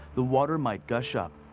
the water might gush up.